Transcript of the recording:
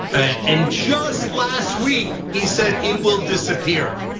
and just last week, he said it will disappear.